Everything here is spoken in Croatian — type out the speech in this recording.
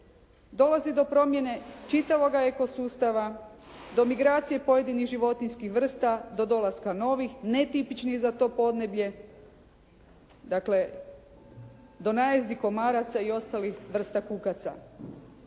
Dolazi do promjene čitavoga eko sustava, do migracije pojedinih životinjskih vrsta do dolaska novih netipičnih za to podneblje. Dakle, do najezdi komaraca i ostalih vrsta kukaca.